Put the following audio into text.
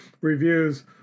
reviews